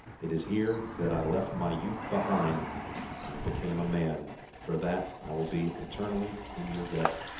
it is here that i left my youth behind and became a man for that i will be eternally in your debt.